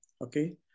okay